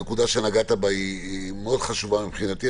הנקודה שנגעת בה היא מאוד חשובה מבחינתי,